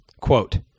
Quote